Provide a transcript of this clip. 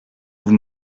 vous